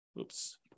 oops